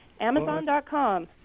Amazon.com